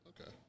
Okay